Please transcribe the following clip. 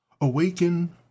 AWAKEN